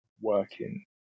working